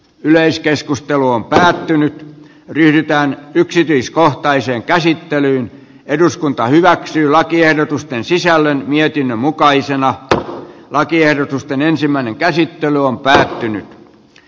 yleiskeskustelu on pysähtynyt riittävän yksityiskohtaiseen käsittelyyn eduskunta hyväksyy lakiehdotusten sisällön mietinnön mukaisena lakiehdotusten ensimmäinen käsittely on päättynyt